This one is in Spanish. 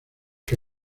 que